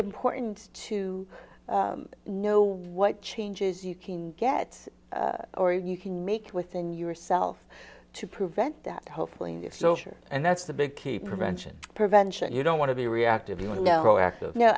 important to know what changes you can get or you can make it within yourself to prevent that hopefully in your filter and that's the big key prevention prevention you don't want to be reactive